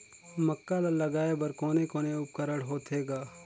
मक्का ला लगाय बर कोने कोने उपकरण होथे ग?